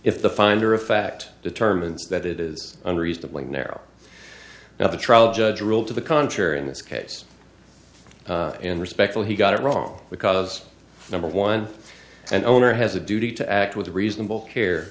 if the finder of fact determines that it is unreasonable and narrow now the trial judge ruled to the contrary in this case and respectful he got it wrong because number one and owner has a duty to act with reasonable care